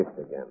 again